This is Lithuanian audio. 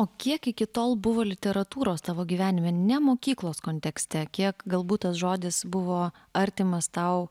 o kiek iki tol buvo literatūros tavo gyvenime ne mokyklos kontekste kiek galbūt tas žodis buvo artimas tau